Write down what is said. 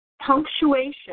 Punctuation